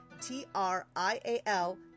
T-R-I-A-L